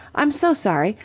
i'm so sorry.